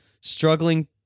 struggling